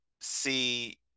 see